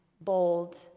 bold